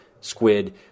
squid